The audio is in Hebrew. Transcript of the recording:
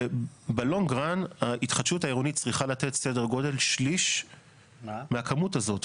בלונג ראן ההתחדשות העירונית צריכה לתת סדר-גודל שליש מהכמות הזאת,